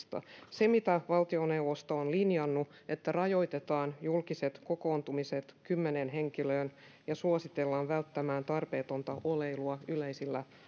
se mitä valtioneuvosto on linjannut että rajoitetaan julkiset kokoontumiset kymmeneen henkilöön ja suositellaan välttämään tarpeetonta oleilua yleisillä